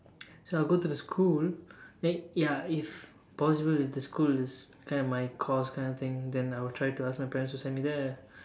so I'll go to the school then ya if possible if the school is kind of my course kind of thing then I'll try to ask my parents to send me there